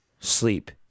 Sleep